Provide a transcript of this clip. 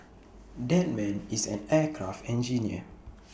that man is an aircraft engineer